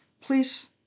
please